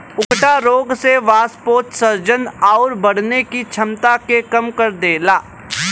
उकठा रोग से वाष्पोत्सर्जन आउर बढ़ने की छमता के कम कर देला